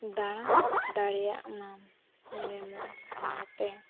ᱫᱟᱬᱟ ᱫᱟᱲᱮᱭᱟᱜ ᱢᱟᱢ ᱡᱮᱢᱚᱱ ᱚᱱᱟᱛᱮ